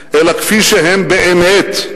אלא כפי שהם באמת,